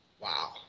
Wow